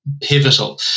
pivotal